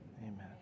Amen